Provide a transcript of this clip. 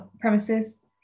premises